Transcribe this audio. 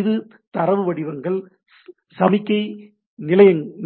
இது தரவு வடிவங்கள் சமிக்ஞை